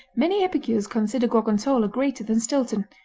many epicures consider gorgonzola greater than stilton,